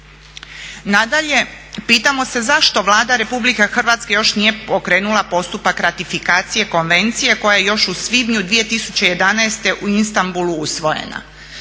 Nadalje, pitamo se zašto Vlada Republike Hrvatske još nije pokrenula postupak ratifikacije konvencije koja je još u svibnju 2011.u Istambulu usvojena?